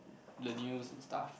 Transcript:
the news and stuff